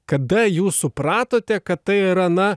kada jūs supratote kad tai yra na